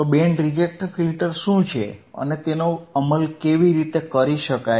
તો band reject filters શું છે અને તેનો અમલ કેવી રીતે કરી શકાય